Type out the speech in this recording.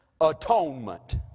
atonement